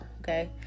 okay